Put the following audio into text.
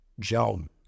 Jones